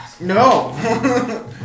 No